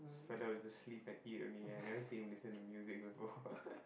this fellow will just sleep and eat only I never see him listen to music before